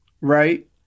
right